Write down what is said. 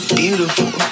beautiful